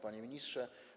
Panie Ministrze!